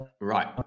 Right